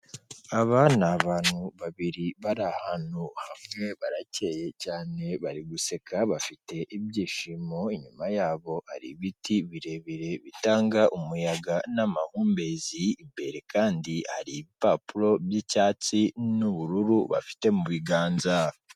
Aba ni abantu babiri bari ahantu hamwe, barakeye cyane, bari guseka, bafite ibyishimo, inyuma yabo ibiti birebire bitanga umuyaga n'amahumbezi, imbere kandi hari ibipapuro by'icyatsi n'ubururu bafite mu biganza.